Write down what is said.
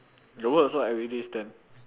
your work also like everyday stand